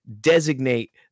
designate